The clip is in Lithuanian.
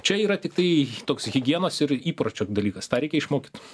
čia yra tiktai toks higienos ir įpročio dalykas tą reikia išmokyt